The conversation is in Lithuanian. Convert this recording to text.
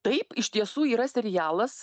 taip iš tiesų yra serialas